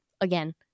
again